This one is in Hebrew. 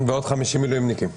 ועוד 50 מילואימניקים.